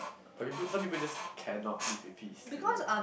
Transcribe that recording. but you put some people just cannot live in peace you know